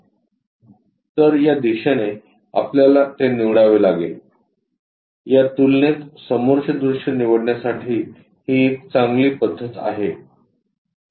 तर या दिशेने आपल्याला ते निवडावे लागेल या तुलनेत समोरचे दृश्य निवडण्यासाठी ही एक चांगली पद्धत आहे